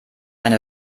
eine